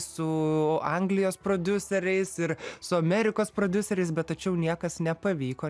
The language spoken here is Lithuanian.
su anglijos prodiuseriais ir su amerikos prodiuseriais bet tačiau niekas nepavyko